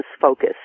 focus